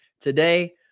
Today